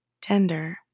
tender